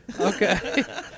Okay